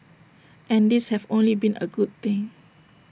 and these have only been A good thing